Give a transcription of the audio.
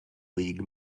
league